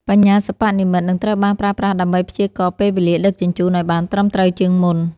បញ្ញាសិប្បនិម្មិត នឹងត្រូវបានប្រើប្រាស់ដើម្បីព្យាករណ៍ពេលវេលាដឹកជញ្ជូនឱ្យបានត្រឹមត្រូវជាងមុន។